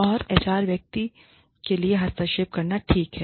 और एचआर व्यक्ति के लिए हस्तक्षेप करना ठीक है